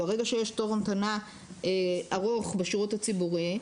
ברגע שיש תור המתנה ארוך בשירות הציבורי,